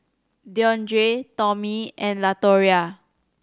Deondre Tomie and Latoria